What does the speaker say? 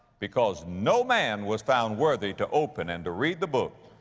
because no man was found worthy to open and to read the book,